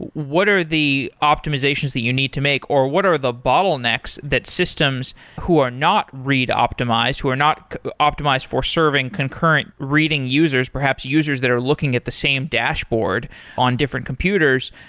what are the optimizations that you need to make, or what are the bottlenecks that systems who are not read-optimized, who are not optimized for serving concurrent reading users, perhaps users that are looking at the same dashboard on different computers,